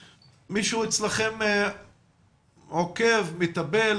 האם מישהו אצלכם עוקב או מטפל?